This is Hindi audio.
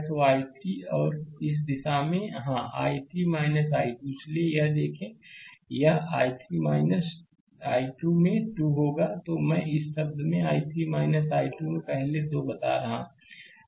तो I3 और इस दिशा में हां I3 I2 इसलिए यदि यह देखें कि यह I3 I2 में 2 होगा तो मैं इस शब्द को I3 I2 में पहले 2 बता रहा हूं